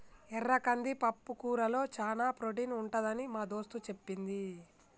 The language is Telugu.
ఎర్ర కంది పప్పుకూరలో చానా ప్రోటీన్ ఉంటదని మా దోస్తు చెప్పింది